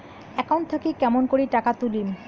Account থাকি কেমন করি টাকা তুলিম?